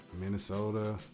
Minnesota